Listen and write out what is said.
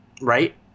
right